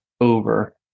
over